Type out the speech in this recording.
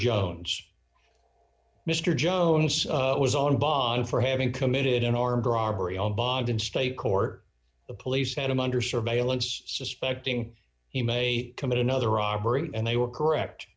jones mr jones was on bond for having committed an armed robbery on bond in state court the police had him under surveillance suspecting he may commit another robbery and they were correct